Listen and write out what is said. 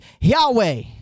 Yahweh